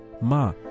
ma